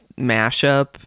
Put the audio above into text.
mashup